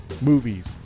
movies